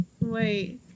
Wait